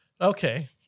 Okay